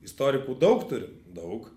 istorikų daug turim daug